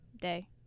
day